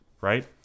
Right